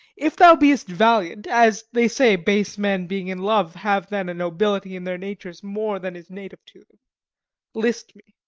if thou be'st valiant as, they say, base men being in love have then a nobility in their natures more than is native to them list me.